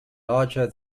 larger